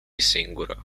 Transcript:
singură